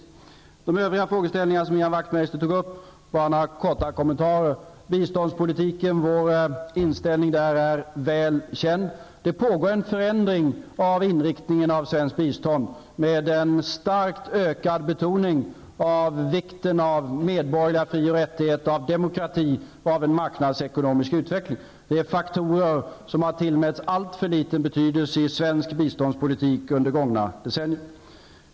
Bara några korta kommentarer till de övriga frågor som Ian Wachtmeister tog upp. Vår inställning till biståndspolitiken är väl känd. Det pågår en förändring av inriktningen av svenskt bistånd med en starkt ökad betoning av vikten av medborgerliga fri och rättigheter, av demokrati och av en marknadsekonomisk utveckling. Det är faktorer som har tillmätts alltför liten betydelse i svensk biståndspolitik under gångna decennier.